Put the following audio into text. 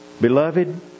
Beloved